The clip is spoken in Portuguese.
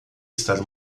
estar